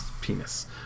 penis